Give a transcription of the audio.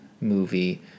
movie